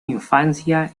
infancia